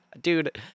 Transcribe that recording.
Dude